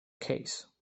case